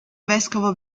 vescovo